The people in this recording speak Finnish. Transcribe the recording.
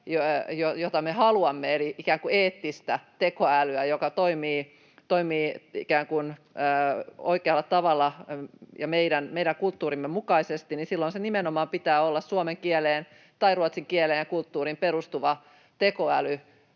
jota me haluamme, eli ikään kuin eettistä tekoälyä, joka toimii ikään kuin oikealla tavalla ja meidän kulttuurimme mukaisesti, niin silloin sen nimenomaan pitää olla suomen kieleen tai ruotsin kieleen ja meidän kulttuuriin perustuva tekoälymalli,